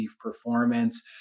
performance